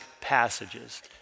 passages